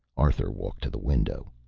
arthur walked to the window.